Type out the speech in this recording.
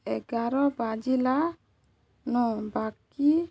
ଏଗାର ବାଜିଲା ନ ବାକି